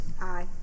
Aye